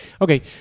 Okay